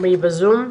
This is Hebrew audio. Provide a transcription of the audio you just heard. היא בזום.